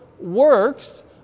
Works